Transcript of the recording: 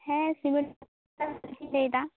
ᱦᱮᱸ ᱥᱤᱢᱮᱱᱴ ᱞᱟᱹᱭᱮᱫᱟ